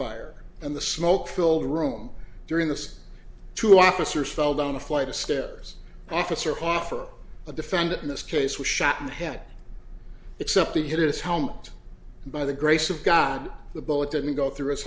gunfire and the smoke filled room during this two officers fell down a flight of stairs officer hoffer the defendant in this case was shot in the head except the head is home by the grace of god the bullet didn't go through his